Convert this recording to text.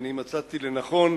אני מצאתי לנכון,